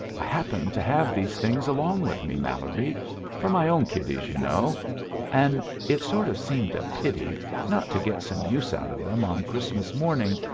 i happened to have these things along with me, mallerby for my own kiddies, you know and it sort of seemed a pity not to get some use out of them on christmas morning,